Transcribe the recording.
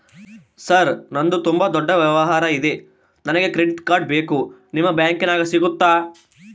Sir ನಂದು ತುಂಬಾ ದೊಡ್ಡ ವ್ಯವಹಾರ ಇದೆ ನನಗೆ ಕ್ರೆಡಿಟ್ ಕಾರ್ಡ್ ಬೇಕು ನಿಮ್ಮ ಬ್ಯಾಂಕಿನ್ಯಾಗ ಸಿಗುತ್ತಾ?